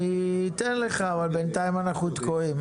אני אתן לך, אבל בינתיים אנחנו תקועים.